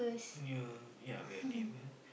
ya ya we are neighbour